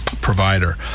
provider